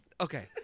Okay